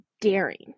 daring